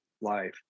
life